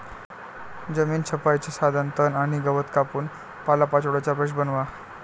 जमीन छपाईचे साधन तण आणि गवत कापून पालापाचोळ्याचा ब्रश बनवा